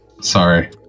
Sorry